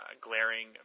glaring